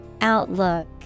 Outlook